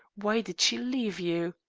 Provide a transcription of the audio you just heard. why did she leave you?